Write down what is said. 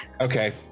Okay